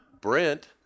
Brent